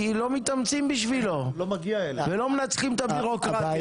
כי לא מתאמצים בשבילו ולא מנצחים את הביורוקרטיה.